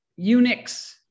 Unix